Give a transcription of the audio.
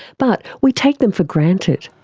but we take them for granted.